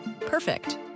perfect